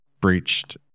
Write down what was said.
breached